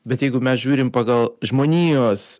bet jeigu mes žiūrim pagal žmonijos